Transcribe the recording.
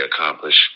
accomplish